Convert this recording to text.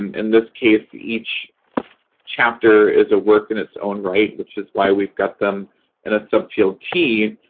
in this case, each chapter is a work in its own right, which is why we've got them in a subfield t.